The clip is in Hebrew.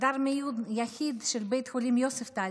חדר המיון היחיד של בית החולים יוספטל